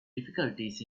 difficulties